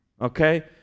Okay